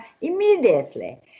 immediately